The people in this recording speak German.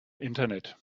internet